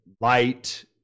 light